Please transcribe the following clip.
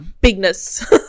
bigness